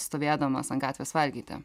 stovėdamas ant gatvės valgyti